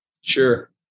Sure